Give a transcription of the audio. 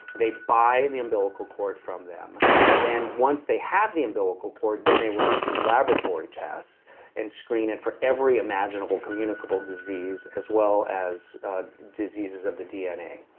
they buy the umbilical cord from them then once they have the umbilical cord, then they run it through laboratory test and screen it for every imaginable communicable disease as well as diseases of the dna.